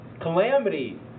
calamity